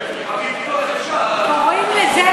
לראש הממשלה,